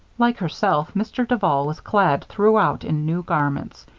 like herself, mr. duval was clad throughout in new garments.